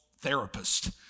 therapist